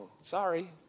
Sorry